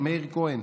מאיר כהן,